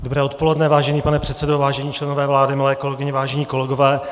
Dobré odpoledne, vážený pane předsedo, vážení členové vlády, milé kolegyně, vážení kolegové.